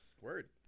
word